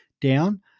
down